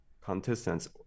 contestants